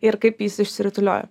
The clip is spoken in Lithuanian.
ir kaip jis išsirutuliojo